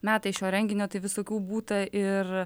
metai šio renginio tai visokių būta ir